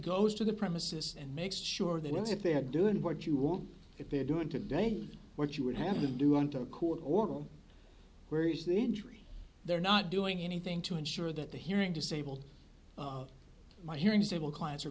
goes to the premises and makes sure that they are doing what you want if they're doing today what you would have them do on to a court order where is the injury they're not doing anything to ensure that the hearing disabled my hearing several clients